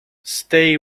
stay